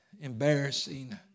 embarrassing